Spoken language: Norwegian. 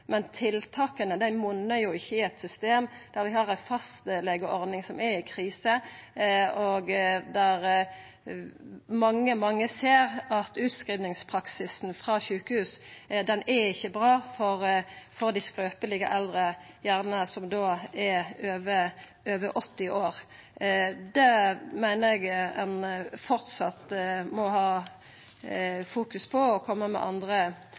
men tiltaka monnar ikkje i eit system der me har ei fastlegeordning som er i krise, og der mange ser at utskrivingspraksisen frå sjukehus ikkje er bra for dei skrøpelege eldre, som gjerne er over 80 år. Det meiner eg ein framleis må fokusera på og koma med andre